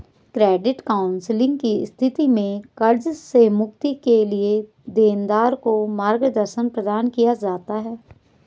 credit counselling की स्थिति में कर्ज से मुक्ति के लिए देनदार को मार्गदर्शन प्रदान किया जाता है